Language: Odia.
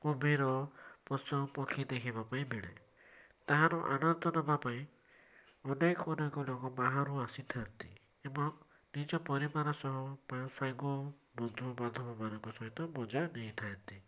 କୁମ୍ଭୀର ପଶୁ ପକ୍ଷୀ ଦେଖିବାପାଇଁ ମିଳେ ତାହାର ଆନନ୍ଦ ନବା ପାଇଁ ଅନେକ ଅନେକ ଲୋକ ବାହାରୁ ଆସିଥାନ୍ତି ଏବଂ ନିଜ ପରିବାର ସହ ବା ସାଙ୍ଗ ବନ୍ଧୁବାନ୍ଧବମାନଙ୍କ ସହିତ ମଜା ନେଇଥାନ୍ତି